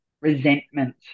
resentment